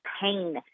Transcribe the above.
pain